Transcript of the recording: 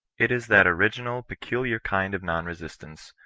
it is that original peculiar kind of non-resistanoe,